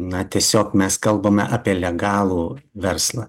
na tiesiog mes kalbame apie legalų verslą